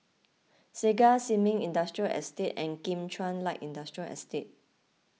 Segar Sin Ming Industrial Estate and Kim Chuan Light Industrial Estate